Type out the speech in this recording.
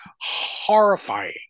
horrifying